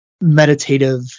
meditative